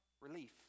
relief